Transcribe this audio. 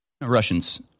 Russians